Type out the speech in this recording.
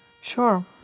Sure